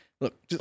Look